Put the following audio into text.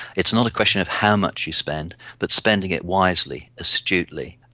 it's not a question of how much you spend but spending it wisely, astutely.